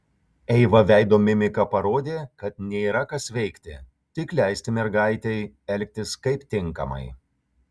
eiva veido mimika parodė kad nėra kas veikti tik leisti mergaitei elgtis kaip tinkamai